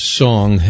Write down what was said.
song